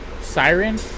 Siren